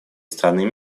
страны